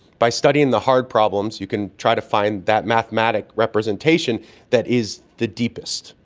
by studying the hard problems you can try to find that mathematic representation that is the deepest.